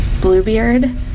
Bluebeard